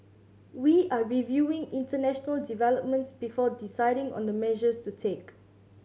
we are reviewing international developments before deciding on the measures to take